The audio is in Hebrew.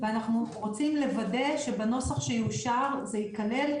אנחנו רוצים לוודא שבנוסח שיאושר זה ייכלל,